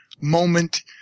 moment